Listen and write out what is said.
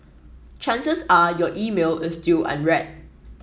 chances are your email is still unread